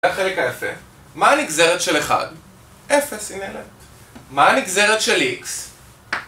זה החלק היפה. מה הנגזרת של 1? 0 היא נעלת. מה הנגזרת של x?